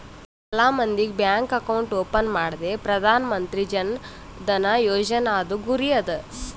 ಎಲ್ಲಾ ಮಂದಿಗ್ bank account open ಮಾಡದೆ ಪ್ರಧಾನ್ ಮಂತ್ರಿ ಜನ್ ಧನ ಯೋಜನಾದು ಗುರಿ ಅದ